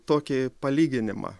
tokį palyginimą